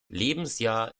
lebensjahr